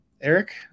Eric